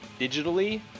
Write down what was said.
digitally